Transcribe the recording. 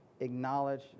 acknowledge